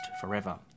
forever